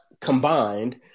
combined